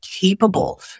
capable